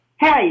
Hey